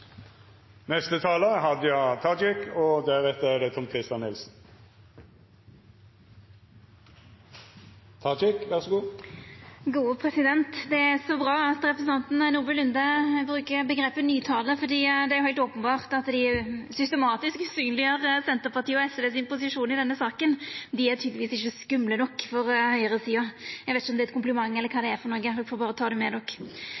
Det er så bra at representanten Nordby Lunde bruker omgrepet «nytale», for det er heilt openbert at dei systematisk usynleggjer Senterpartiet og SVs posisjon i denne saka. Dei er tydelegvis ikkje skumle nok for høgresida. Eg veit ikkje om det er ein kompliment eller kva det er for noko, me får berre ta det med